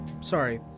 sorry